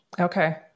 Okay